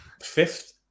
fifth